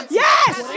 yes